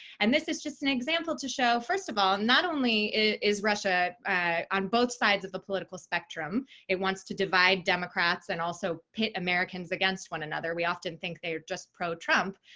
and this is just an example to show, first of all, not only is russia on both sides of the political spectrum it wants to divide democrats and also pit americans against one another. we often think they are just pro-trump.